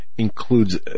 includes